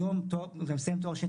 היום כשאתה מסיים תואר שני,